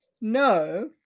No